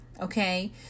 Okay